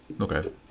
Okay